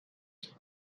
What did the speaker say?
esto